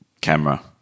camera